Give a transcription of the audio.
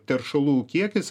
teršalų kiekis